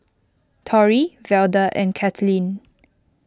Torry Velda and Cathleen